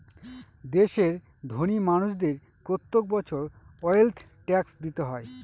দেশের ধোনি মানুষদের প্রত্যেক বছর ওয়েলথ ট্যাক্স দিতে হয়